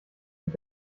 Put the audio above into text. mit